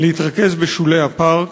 להתרכז בשולי הפארק.